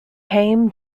haim